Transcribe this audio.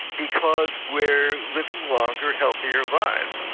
because we're living longer, healthier lives.